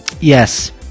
Yes